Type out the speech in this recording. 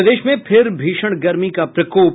प्रदेश में फिर भीषण गर्मी का प्रकोप